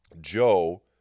Joe